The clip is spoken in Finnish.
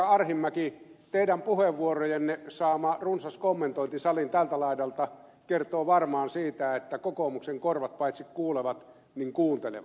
arhinmäki teidän puheenvuorojenne saama runsas kommentointi salin tältä laidalta kertoo varmaan siitä että kokoomuksen korvat paitsi kuulevat niin kuuntelevat